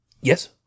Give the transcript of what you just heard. Yes